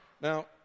Now